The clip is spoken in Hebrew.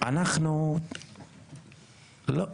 אנחנו לא,